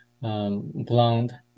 blonde